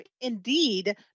indeed